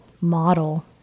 model